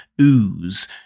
ooze